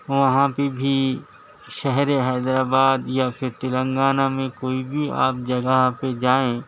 وہاں پہ بھی شہر حیدر آباد یا پھر تلنگانہ میں کوئی بھی آپ جگہ پہ جائیں